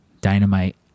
dynamite